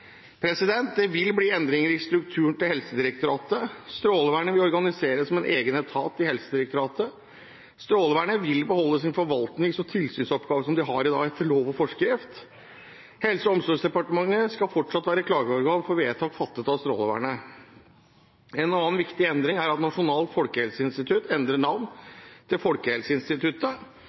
resultater. Det vil bli endringer i strukturen til Helsedirektoratet. Strålevernet vil organiseres som en egen etat i Helsedirektoratet. Strålevernet vil beholde den forvaltnings- og tilsynsoppgaven som de har i dag til lov og forskrift. Helse- og omsorgsdepartementet skal fortsatt være klageorgan for vedtak fattet av Strålevernet. En annen viktig endring er at Nasjonalt folkehelseinstitutt endrer